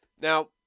Now